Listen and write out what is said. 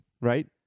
Right